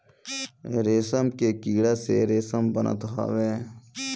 रेशम के कीड़ा से रेशम बनत हवे